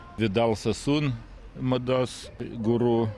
vidal sasun mados guru